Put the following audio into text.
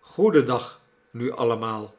goedendag nu allemaal